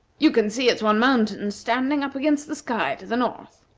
you can see its one mountain standing up against the sky to the north.